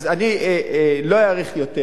אני לא אאריך יותר.